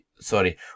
sorry